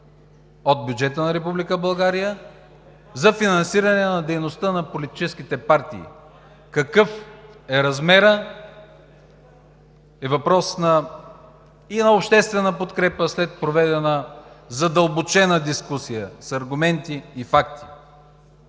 от бюджета на Република България, за финансиране на дейността на политическите партии. Какъв е размерът, е въпрос и на обществена подкрепа след проведена задълбочена дискусия с аргументи и факти.